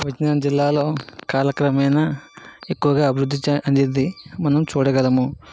కృష్ణా జిల్లాలో కాలక్రమేణ ఎక్కువగా అభివృద్ధి చెందింది మనం చూడగలము